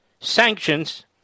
sanctions